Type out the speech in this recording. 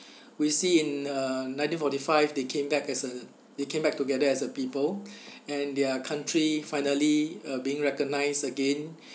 we see in uh nineteen forty five they came back as a they came back together as a people and their country finally uh being recognised again